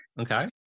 Okay